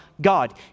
God